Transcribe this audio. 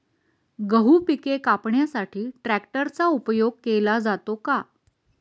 गहू पिके कापण्यासाठी ट्रॅक्टरचा उपयोग केला जातो का?